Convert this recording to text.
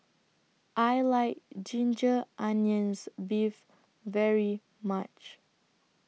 I like Ginger Onions Beef very much